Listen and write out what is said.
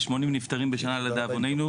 לוקחים את העיר ביתר עילית,